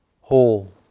whole